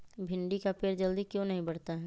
भिंडी का पेड़ जल्दी क्यों नहीं बढ़ता हैं?